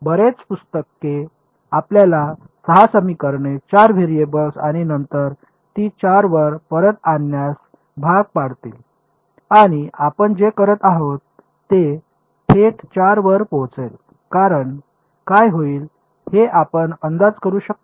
बर्याच पुस्तके आपल्याला 6 समीकरणे 4 व्हेरिएबल्स आणि नंतर ती 4 वर परत आणण्यास भाग पाडतील आणि आपण जे करत आहोत ते थेट 4 वर पोहोचेल कारण काय होईल हे आपण अंदाज करू शकतो